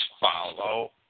follow